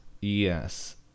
Yes